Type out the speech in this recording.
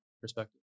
perspective